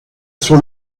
sur